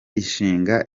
ishinga